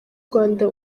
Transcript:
rwanda